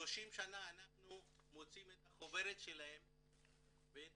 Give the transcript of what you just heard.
ש-30 שנה אנחנו מוציאים את החוברת שלהם ואת